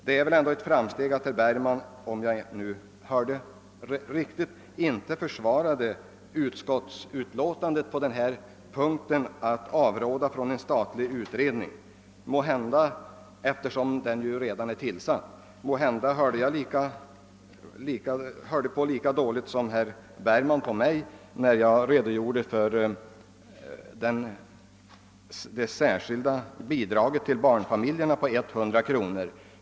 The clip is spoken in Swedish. Det är väl ändå ett framsteg att herr Bergman — om jag hörde rätt — inte försvarade den del av utskottsutlåtandet vari avrådes från en statlig utredning. Den är ju redan tillsatt. Herr Bergman hörde tydligen inte på mig när jag redogjorde för det särskilda bidraget till barnfamiljerna på 100 kronor.